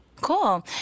Cool